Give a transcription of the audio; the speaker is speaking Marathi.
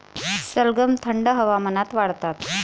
सलगम थंड हवामानात वाढतात